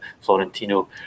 Florentino